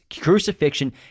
crucifixion